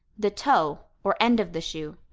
the toe, or end of the shoe.